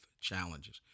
challenges